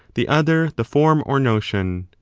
the other the form or notion.